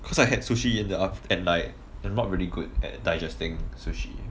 cause I had sushi in the aft~ at night I'm not really good at digesting sushi